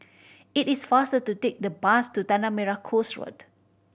it is faster to take the bus to Tanah Merah Coast Road